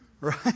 Right